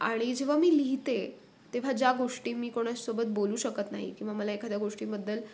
आणि जेव्हा मी लिहिते तेव्हा ज्या गोष्टी मी कोणासोबत बोलू शकत नाही किंवा मला एखाद्या गोष्टीबद्दल